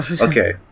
Okay